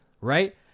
right